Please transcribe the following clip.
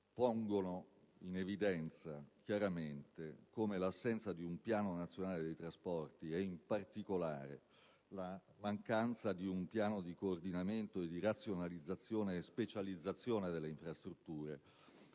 pongono in evidenza chiaramente come l'assenza di un piano nazionale dei trasporti e, in particolare, la mancanza di un piano di coordinamento, di razionalizzazione e di specializzazione delle infrastrutture,